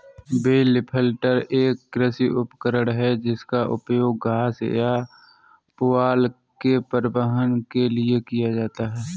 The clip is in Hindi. बेल लिफ्टर एक कृषि उपकरण है जिसका उपयोग घास या पुआल के परिवहन के लिए किया जाता है